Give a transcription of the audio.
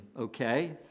Okay